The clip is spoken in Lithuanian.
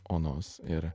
onos ir